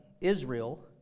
Israel